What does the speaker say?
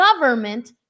government